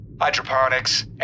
Hydroponics